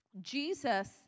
Jesus